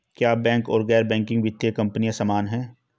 क्या बैंक और गैर बैंकिंग वित्तीय कंपनियां समान हैं?